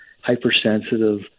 hypersensitive